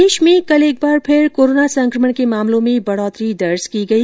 प्रदेश में कल एक बार फिर कोरोना संकमण के मामलों में बढ़ोतरी दर्ज की गई